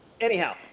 Anyhow